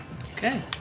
Okay